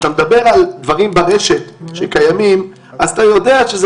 כשאתה מדבר על דברים שקיימים ברשת אז אתה יודע שזה